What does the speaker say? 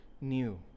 new